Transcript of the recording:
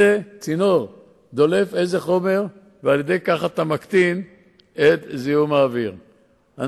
אני רוצה לומר שתי מלים בנושא של זיהום אוויר,